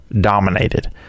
dominated